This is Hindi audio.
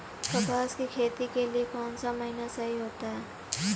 कपास की खेती के लिए कौन सा महीना सही होता है?